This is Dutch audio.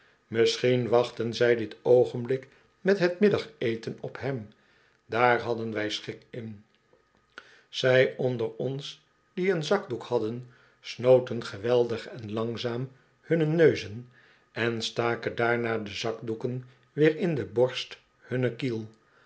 misschien wachtten zij dit oogenblik met het middageten op hem daar hadden wij schik in zij onder ons die een zakdoek hadden snoten geweldig en langzaam hunne neuzen en staken daarna de zakdoeken weer in de borst van hunne kiel